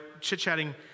chit-chatting